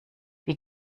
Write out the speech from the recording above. wir